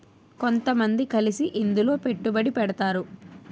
కొంతమంది కలిసి ఇందులో పెట్టుబడి పెడతారు